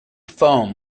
foam